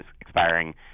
expiring